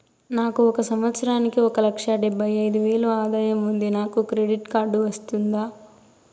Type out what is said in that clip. నాకు ఒక సంవత్సరానికి ఒక లక్ష డెబ్బై అయిదు వేలు ఆదాయం ఉంది నాకు క్రెడిట్ కార్డు వస్తుందా?